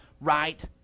right